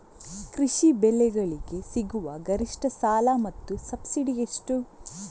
ಕೃಷಿ ಬೆಳೆಗಳಿಗೆ ಸಿಗುವ ಗರಿಷ್ಟ ಸಾಲ ಮತ್ತು ಸಬ್ಸಿಡಿ ಎಷ್ಟು?